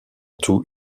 tout